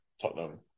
Tottenham